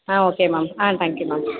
ஆ okay ma'am ஆ thank you ma'am